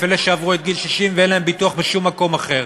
אלה שעברו את גיל 60 ואין להם ביטוח בשום מקום אחר.